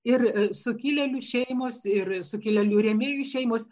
ir sukilėlių šeimos ir sukilėlių rėmėjų šeimos